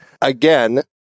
again